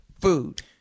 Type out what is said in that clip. food